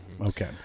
Okay